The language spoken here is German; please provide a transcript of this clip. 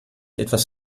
etwas